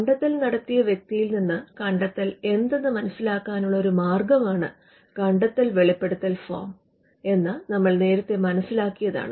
കണ്ടെത്തൽ നടത്തിയ വ്യക്തിയിൽ നിന്ന് കണ്ടെത്തൽ എന്തെന്ന് മനസിലാക്കാനുള്ള ഒരു മാർഗമാണ് കണ്ടെത്തൽ വെളിപ്പെടുത്തൽ ഫോം എന്ന് നമ്മൾ നേരത്തെ മനസിലാക്കിയതാണ്